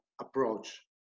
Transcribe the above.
approach